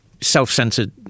self-centered